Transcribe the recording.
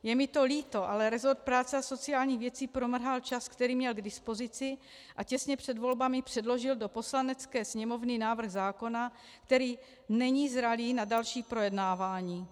Je mi to líto, ale rezort práce a sociálních věcí promrhal čas, který měl k dispozici, a těsně před volbami předložil do Poslanecké sněmovny návrh zákona, který není zralý na další projednávání.